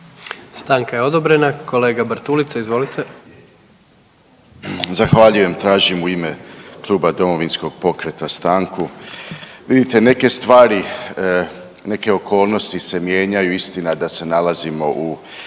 Stanka je odobrena. Kolega Bartulica, izvolite. **Bartulica, Stephen Nikola (DP)** Zahvaljujem. Tražim u ime Kluba Domovinskog pokreta stanku. Vidite neke stvari i neke okolnosti se mijenjaju, istina da se nalazimo u